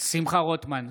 שמחה רוטמן,